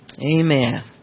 Amen